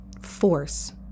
force